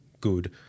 good